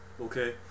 okay